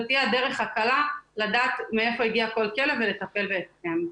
זו תהיה הדרך הקלה לדעת מאיפה הגיע כל כלב ולטפל בהתאם.